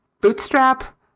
bootstrap